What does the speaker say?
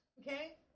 Okay